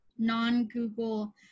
non-google